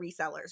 resellers